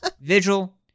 vigil